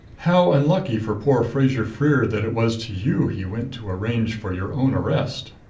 how unlucky for poor fraser-freer that it was to you he went to arrange for your own arrest!